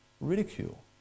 ridicule